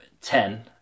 ten